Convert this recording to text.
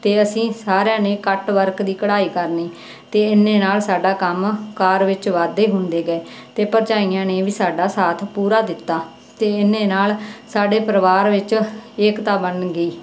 ਅਤੇ ਅਸੀਂ ਸਾਰਿਆਂ ਨੇ ਕੱਟਵਰਕ ਦੀ ਕਢਾਈ ਕਰਨੀ ਅਤੇ ਇੰਨੇ ਨਾਲ ਸਾਡਾ ਕੰਮ ਕਾਰ ਵਿੱਚ ਵਾਧੇ ਹੁੰਦੇ ਗਏ ਅਤੇ ਭਰਜਾਈਆਂ ਨੇ ਵੀ ਸਾਡਾ ਸਾਥ ਪੂਰਾ ਦਿੱਤਾ ਅਤੇ ਇੰਨੇ ਨਾਲ ਸਾਡੇ ਪਰਿਵਾਰ ਵਿੱਚ ਏਕਤਾ ਬਣ ਗਈ